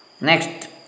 Next